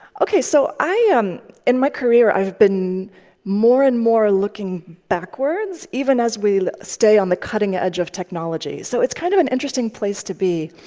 ok. so um in my career, i've been more and more looking backwards, even as we stay on the cutting edge of technology. so it's kind of an interesting place to be.